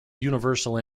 universal